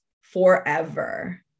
forever